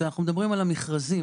כשאנחנו מדברים על המכרזים,